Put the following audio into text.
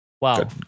Wow